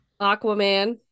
Aquaman